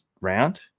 round